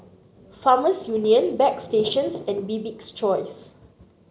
Farmers Union Bagstationz and Bibik's Choice